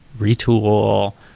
retool.